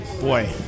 Boy